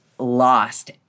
lost